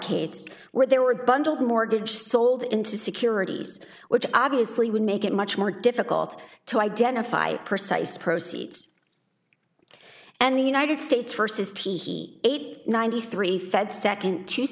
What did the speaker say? case where there were bundled mortgage sold into securities which obviously would make it much more difficult to identify precise proceeds and the united states versus teehee eight ninety three feds second